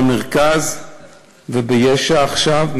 במרכז וביש"ע עכשיו,